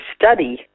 study